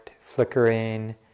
flickering